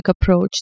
approach